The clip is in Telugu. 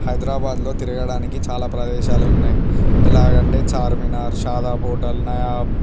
హైదరాబాద్లో తిరగడానికి చాలా ప్రదేశాలు ఉన్నాయి ఎలాగంటే చార్మినార్ షాదాబ్ హోటల్ నయాబ్